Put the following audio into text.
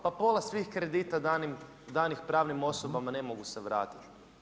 Pa pola svih kredita danih pravnim osobama ne mogu se vratiti.